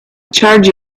charge